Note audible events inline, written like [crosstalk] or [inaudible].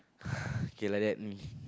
[breath] okay like that mm